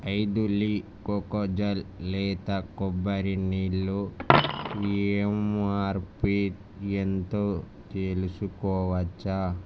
ఐదు లీ కోకోజల్ లేత కొబ్బరి నీళ్ళు ఎంఆర్పీ ఎంతో తెలుసుకోవచ్చా